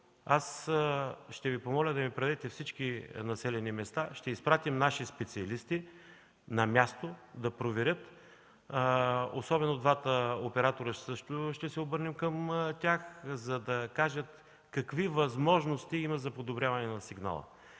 аз ще Ви помоля да ми предадете всички населени места. Ще изпратим наши специалисти на място да проверят. Ще се обърнем към двата оператора също, за да кажат какви възможности имат за подобряване на сигнала.